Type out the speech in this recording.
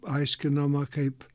aiškinama kaip